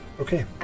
Okay